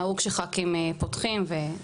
נהוג שח"כים פותחים.